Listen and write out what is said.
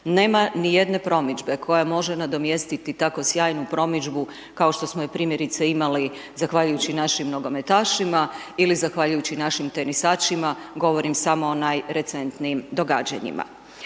nema ni jedne promidžbe koja može nadomjestiti tako sjajnu promidžbu, kao što smo i primjerice imali zahvaljujući našim nogometašima ili zahvaljujući našim tenisačima, govorim samo o najrecentnijim događanjima.